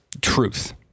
truth